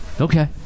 Okay